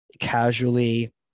casually